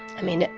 i mean,